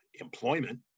employment